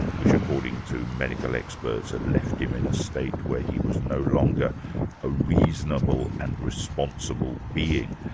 which according to medical experts had left him in a state where he was no longer a reasonable and responsible being.